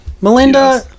Melinda